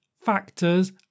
factors